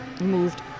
moved